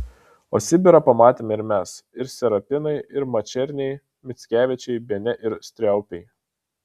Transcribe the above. o sibirą pamatėme ir mes ir serapinai ir mačerniai mickevičiai bene ir striaupiai